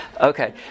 Okay